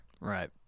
Right